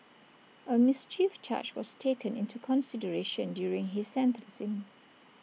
A mischief charge was taken into consideration during his sentencing